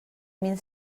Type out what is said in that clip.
mil